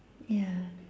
ya